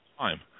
time